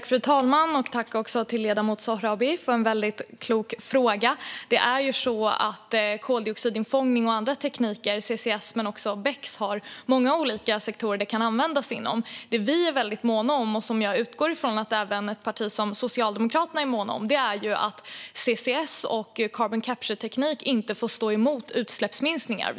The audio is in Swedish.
Fru talman! Jag tackar ledamoten Sohrabi för en väldigt klok fråga. Koldioxidinfångning och andra tekniker, som CCS och även BECCS, kan användas inom många olika sektorer. Det vi är väldigt måna om - och jag utgår från att även ett parti som Socialdemokraterna är måna om det - är att CCS och carbon capture-teknik inte ska stå mot utsläppsminskningar.